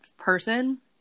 person